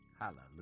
Hallelujah